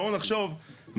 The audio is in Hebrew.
בואו נחשוב,